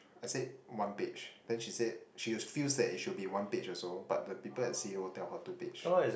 I said one page then she said she feels that it should be one page also but the people at tell her two page